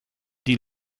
die